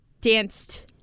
danced